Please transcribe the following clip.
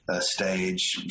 stage